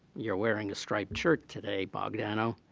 you're wearing a striped shirt today, bogdanow.